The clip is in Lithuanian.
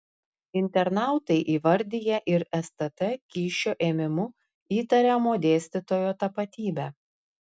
internautai įvardija ir stt kyšio ėmimu įtariamo dėstytojo tapatybę